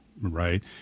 right